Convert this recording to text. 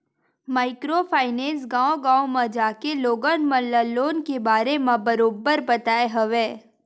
micro finance गाँव गाँव म जाके लोगन मन ल लोन के बारे म बरोबर बताय हवय